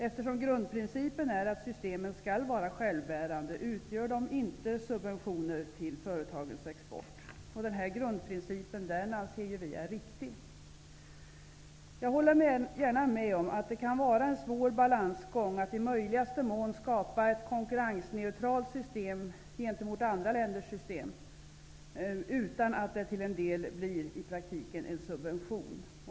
Eftersom grundprincipen är att systemen skall vara självbärande utgör de inte subventioner till företagens export. Denna grundprincip anser vi är riktig. Jag håller gärna med om att det kan vara en svår balansgång när det gäller att i möjligaste mån skapa ett konkurrensneutralt system gentemot andra länders system, utan att det i praktiken till en del blir en subvention.